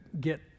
get